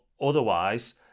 otherwise